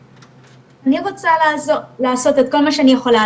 ואני רוצה לעשות את כל מה שאני יכולה,